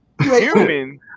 human